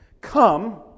Come